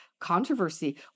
controversy